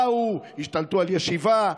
באו, השתלטו על ישיבה.